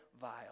vile